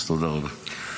אז תודה רבה.